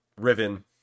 Riven